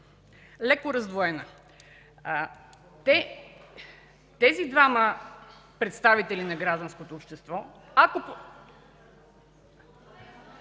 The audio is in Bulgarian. леко раздвоена. Тези двама представители на гражданското общество...